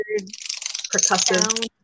percussive